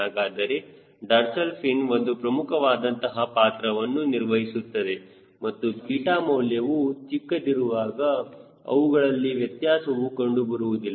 ಹಾಗಾದರೆ dorsal fin ಒಂದು ಪ್ರಮುಖವಾದಂತಹ ಪಾತ್ರವನ್ನು ನಿರ್ವಹಿಸುತ್ತದೆ ಮತ್ತು 𝛽 ಮೌಲ್ಯವು ಚಿಕ್ಕದಿರುವಾಗ ಅವುಗಳಲ್ಲಿ ವ್ಯತ್ಯಾಸವು ಕಂಡುಬರುವುದಿಲ್ಲ